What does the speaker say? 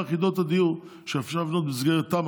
יחידות הדיור שאפשר לבנות לא במסגרת תמ"א,